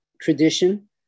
tradition